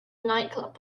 nightclub